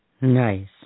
Nice